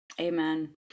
Amen